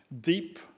deep